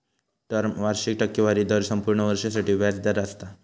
term वार्षिक टक्केवारी दर संपूर्ण वर्षासाठी व्याज दर असता